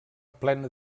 plena